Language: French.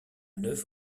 neuf